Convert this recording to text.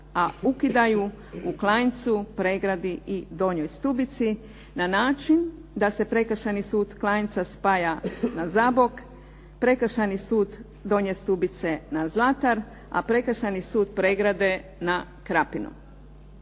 a ukidaju u Klanjcu, Pregradi i Donjoj Stubici na način da se Prekršajni sud Klanjca spaja na Zabog, Prekršajni sud Donje Stubice na Zlatar a Prekršajni sud Pregrada na Krapinu.